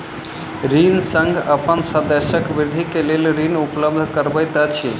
ऋण संघ अपन सदस्यक वृद्धिक लेल ऋण उपलब्ध करबैत अछि